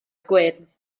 gwyrdd